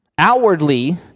Outwardly